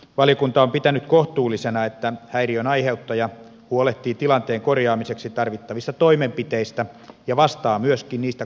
valiokunta on pitänyt kohtuullisena että häiriön aiheuttaja huolehtii tilanteen korjaamiseksi tarvittavista toimenpiteistä ja vastaa myöskin niistä kustannuk sista